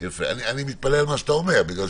אני מתפלא על מה שאתה אומר,